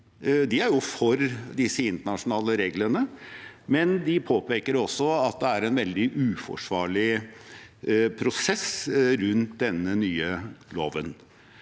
De er jo for disse internasjonale reglene, men de påpeker også at det er en veldig uforsvarlig prosess rundt denne nye loven.